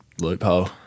loophole